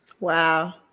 Wow